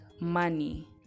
money